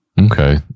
Okay